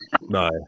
No